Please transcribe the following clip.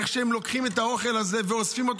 איך שהם לוקחים את האוכל הזה ואוספים אותו